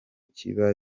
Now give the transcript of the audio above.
kiba